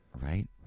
right